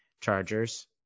chargers